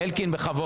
אלקין, בכבוד.